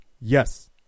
Yes